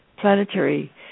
planetary